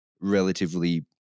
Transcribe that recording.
relatively